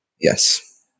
Yes